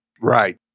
Right